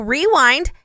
Rewind